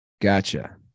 Gotcha